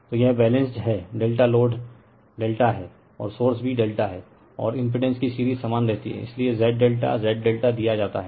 तो यह बैलेंस्ड है ∆ लोड ∆ है और सोर्स भी ∆है और इम्पीडेंस की सीरीज समान रहती है इसलिए Z ∆ Z ∆ दिया जाता है